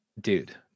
Dude